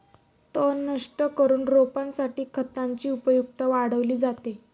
तण नष्ट करून रोपासाठी खतांची उपयुक्तता वाढवली जाते